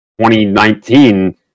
2019